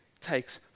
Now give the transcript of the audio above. takes